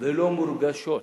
לא מורגשים.